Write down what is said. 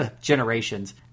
Generations